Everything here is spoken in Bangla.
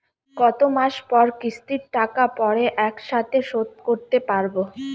কত মাস পর কিস্তির টাকা পড়ে একসাথে শোধ করতে পারবো?